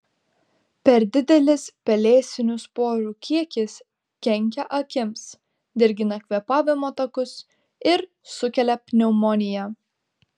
per didelis pelėsinių sporų kiekis kenkia akims dirgina kvėpavimo takus ir sukelia pneumoniją